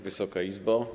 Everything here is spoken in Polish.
Wysoka Izbo!